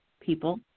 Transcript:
people